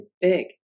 big